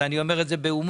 אני אומר את זה בהומור.